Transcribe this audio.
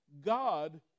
God